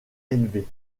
élevé